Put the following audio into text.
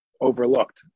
overlooked